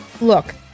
Look